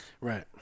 Right